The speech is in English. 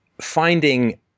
finding